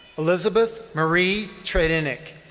elizabeth marie treinic,